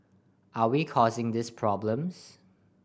are we causing these problems